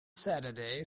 saturday